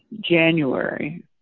January